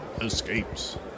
escapes